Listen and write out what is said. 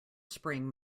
spring